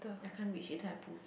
I can't reach later I pull